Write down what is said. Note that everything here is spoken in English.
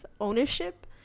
Ownership